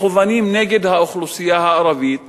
מכוונים נגד האוכלוסייה הערבית,